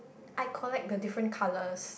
I collect the different colours